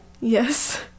Yes